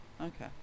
Okay